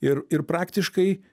ir ir praktiškai